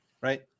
right